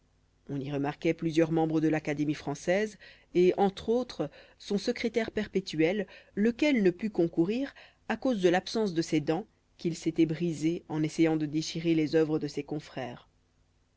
on y remarquait plusieurs membres de l'académie française et entre autres son secrétaire perpétuel lequel ne put concourir à cause de l'absence de ses dents qu'il s'était brisées en essayant de déchirer les œuvres de ses confrères